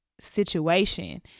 situation